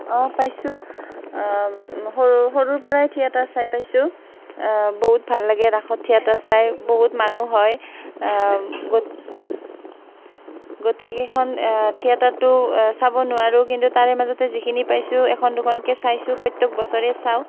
অঁ পাইছোঁ সৰুৰ পৰাই থিয়েটাৰ চাই পাইছোঁ বহুত ভাল লাগে ৰাসত থিয়েটাৰ চাই বহুত মানুহ হয় গোটেইকেইখন থিয়েটাৰতো চাব নোৱাৰোঁ কিন্তু তাৰে মাজতে যিখিনি পাইছোঁ এখন দুখনকে চাইছোঁ প্ৰত্যেক বছৰে চাওঁ